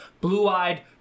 blue-eyed